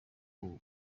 ubu